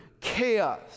chaos